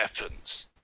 weapons